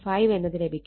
5 എന്നത് ലഭിക്കും